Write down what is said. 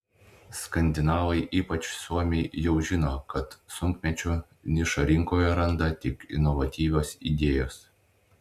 skandinavai ypač suomiai jau žino kad sunkmečiu nišą rinkoje randa tik inovatyvios idėjos